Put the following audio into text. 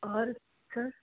और सर